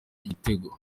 igitego